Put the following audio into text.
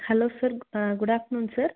hello sir good afternoon sir